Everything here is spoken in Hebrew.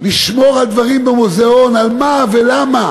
לשמור על דברים במוזיאון, על מה ולמה?